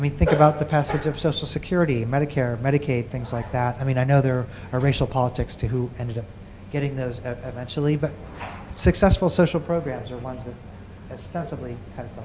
think about the passage of social security, medicare, medicaid, things like that. i mean i know there are racial politics to who ended up getting those eventually, but successful social programs are ones that ostensibly head